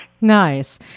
Nice